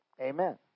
Amen